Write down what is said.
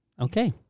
Okay